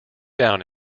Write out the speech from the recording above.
down